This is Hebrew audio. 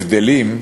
הבדלים,